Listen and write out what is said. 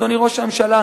אדוני ראש הממשלה,